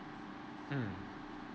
mm